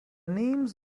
names